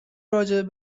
راجع